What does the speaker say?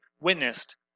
Witnessed